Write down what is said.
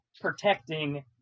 protecting